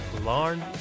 larne